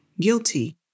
guilty